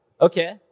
Okay